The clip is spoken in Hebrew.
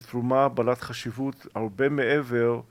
תרומה בעלת חשיבות הרבה מעבר